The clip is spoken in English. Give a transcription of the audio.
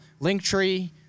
Linktree